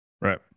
Right